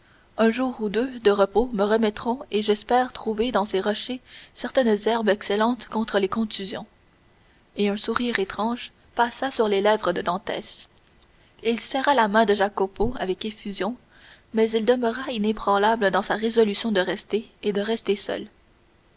un jour ou deux de repos me remettront et j'espère trouver dans ces rochers certaines herbes excellentes contre les contusions et un sourire étrange passa sur les lèvres de dantès il serra la main de jacopo avec effusion mais il demeura inébranlable dans sa résolution de rester et de rester seul